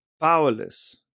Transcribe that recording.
powerless